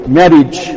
marriage